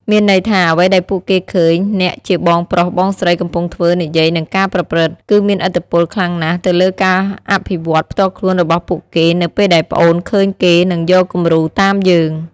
មានន័យថា អ្វីដែលពួកគេឃើញអ្នកជាបងប្រុសបងស្រីកំពុងធ្វើ និយាយ និងកាប្រព្រឹត្ត គឺមានឥទ្ធិពលខ្លាំងណាស់ទៅលើការអភិវឌ្ឍផ្ទាល់ខ្លួនរបស់ពួកគេនៅពេលដែលប្អូនឃើញគេនឹងយកគម្រូតាមយើង ។